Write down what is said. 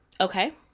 okay